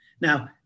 Now